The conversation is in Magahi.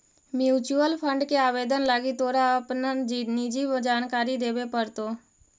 म्यूचूअल फंड के आवेदन लागी तोरा अपन निजी जानकारी देबे पड़तो